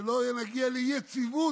שלא נגיע לאי-יציבות.